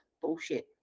bullshit